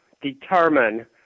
determine